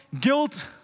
Guilt